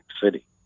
city